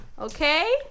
Okay